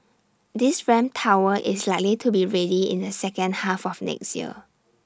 this ramp tower is likely to be ready in the second half of next year